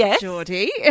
Geordie